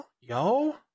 Yo